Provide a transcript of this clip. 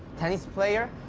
tennis player.